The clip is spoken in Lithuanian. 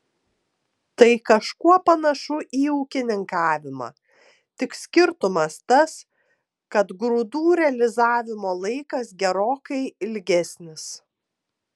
tai kažkuo panašu į ūkininkavimą tik skirtumas tas kad grūdų realizavimo laikas gerokai ilgesnis